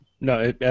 No